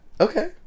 Okay